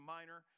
Minor